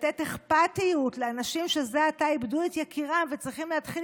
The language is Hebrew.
לתת אכפתיות לאנשים שזה עתה איבדו את יקירם וצריכים להתחיל